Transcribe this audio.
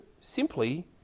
simply